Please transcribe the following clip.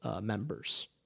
members